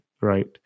right